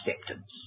acceptance